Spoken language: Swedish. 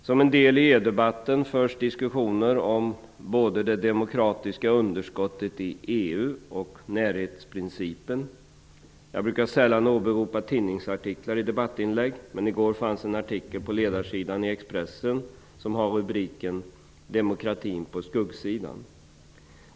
Som en del av EU-debatten förs diskussioner om både det demokratiska underskottet i EU och närhetsprincipen. Jag brukar sällan åberopa tidningsartiklar i debattinlägg, men i går fanns en artikel på ledarsidan i Expressen med rubriken ''Demokratin på skuggsidan''.